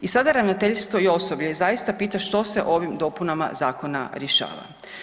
I sada ravnateljstvo i osoblje zaista pita što se ovim dopunama zakona rješava?